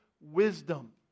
wisdom